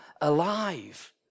alive